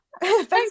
Thanks